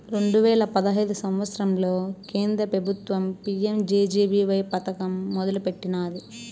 రెండు వేల పదహైదు సంవత్సరంల కేంద్ర పెబుత్వం పీ.యం జె.జె.బీ.వై పదకం మొదలెట్టినాది